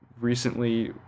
recently